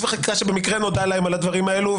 וחקיקה שבמקרה נודע להם על הדברים האלה,